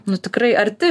nu tikrai arti